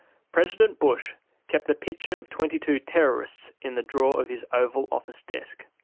president bush kept the picture of twenty two terrorists in the drawer of his oval office desk.